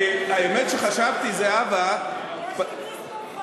האמת שחשבתי, זהבה, יש לי דיסק במכונית.